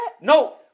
No